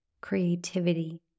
creativity